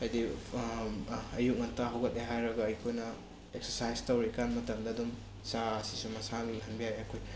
ꯍꯥꯏꯗꯤ ꯑꯌꯨꯛ ꯉꯟꯇꯥ ꯍꯧꯒꯠꯂꯦ ꯍꯥꯏꯔꯒ ꯑꯩꯈꯣꯏꯅ ꯑꯦꯛꯁꯔꯁꯥꯏꯖ ꯇꯧꯔꯤꯀꯥꯟ ꯃꯇꯝꯗ ꯑꯗꯨꯝ ꯆꯥ ꯑꯁꯤꯁꯨ ꯃꯁꯥꯅ ꯂꯣꯟꯍꯟꯕ ꯌꯥꯏ ꯑꯩꯈꯣꯏ